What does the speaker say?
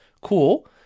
cool